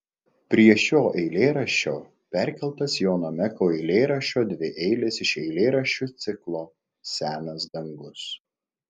prie šio eilėraščio perkeltas jono meko eilėraščio dvieilis iš eilėraščių ciklo senas dangus